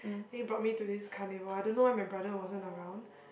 then he brought me to this carnival I don't know why my brother wasn't around